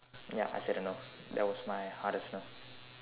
ya I said no ya that was my hardest no